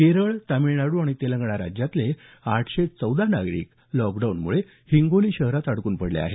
केरळ तामिळनाडू आणि तेलंगणा राज्यातले आठशे चौदा नागरिक लॉकडाऊनमुळे हिंगोली शहरात अडकून पडले आहेत